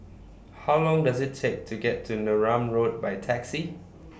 How Long Does IT Take to get to Neram Road By Taxi